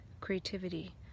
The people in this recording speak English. creativity